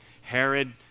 Herod